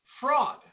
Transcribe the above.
fraud